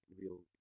real